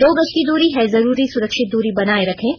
दो गज की दूरी है जरूरी सुरक्षित दूरी बनाए रखें